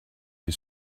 you